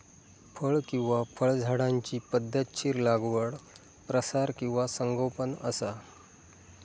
फळ किंवा फळझाडांची पध्दतशीर लागवड प्रसार किंवा संगोपन असा